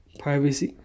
privacy